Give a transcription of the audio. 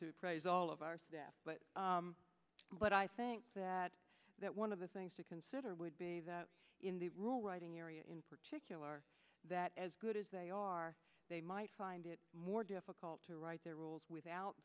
to praise all of our staff but i think that one of the things to consider would be that in the real writing area in particular that as good as they are they might find it more difficult to write their roles without